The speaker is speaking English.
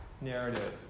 narrative